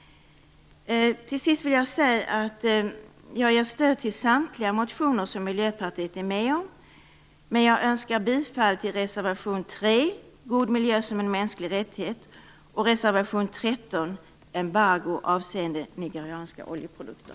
Till sist vill jag säga att jag ger stöd till samtliga reservationer som Miljöpartiet är med om, men jag yrkar bifall till reservation 3, om god miljö som en mänsklig rättighet, och reservation 13, om embargo avseende nigerianska oljeprodukter.